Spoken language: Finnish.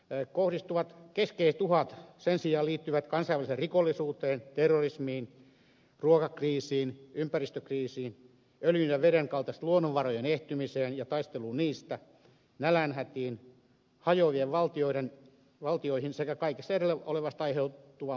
suomeen kohdistuvat keskeiset uhat sen sijaan liittyvät kansainväliseen rikollisuuteen terrorismiin ruokakriisiin ympäristökriisiin öljyn ja veden kaltaisten luonnonvarojen ehtymiseen ja taisteluun niistä nälänhätiin hajoaviin valtioihin sekä kaikesta edellä olevasta aiheutuvaan pakolaisuuteen